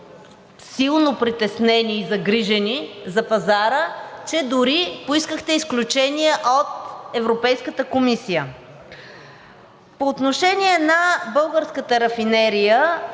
силно притеснени и загрижени за пазара, че дори поискахте изключения от Европейската комисия. По отношение на българската рафинерия,